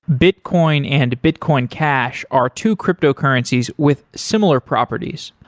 bitcoin and bitcoin cash are two cryptocurrencies with similar properties,